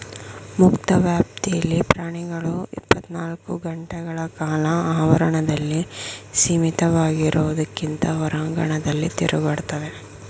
ಮುಕ್ತ ವ್ಯಾಪ್ತಿಲಿ ಪ್ರಾಣಿಗಳು ಇಪ್ಪತ್ನಾಲ್ಕು ಗಂಟೆಕಾಲ ಆವರಣದಲ್ಲಿ ಸೀಮಿತವಾಗಿರೋದ್ಕಿಂತ ಹೊರಾಂಗಣದಲ್ಲಿ ತಿರುಗಾಡ್ತವೆ